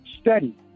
study